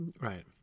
right